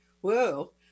Whoa